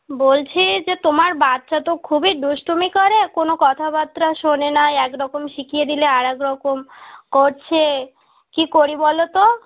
বলছি যে তোমার বাচ্চা তো খুবই দুষ্টুমি করে কোনও কথাবার্তা শোনে না এরকম শিখিয়ে দিলে আরেকরকম করছে কী করি বল তো